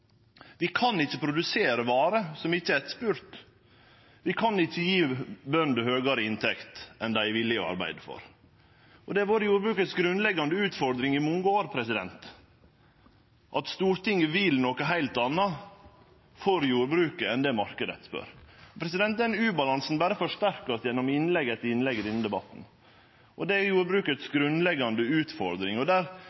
Vi kan ikkje produsere varer som ikkje er etterspurde. Vi kan ikkje gje bøndene høgare inntekt enn det dei er villige til å arbeide for. Den grunnleggjande utfordringa til jordbruket har i mange år vore at Stortinget vil noko heilt anna for jordbruket enn det marknaden spør etter. Den ubalansen vert berre forsterka gjennom innlegg etter innlegg i denne debatten, og det er